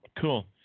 Cool